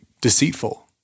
deceitful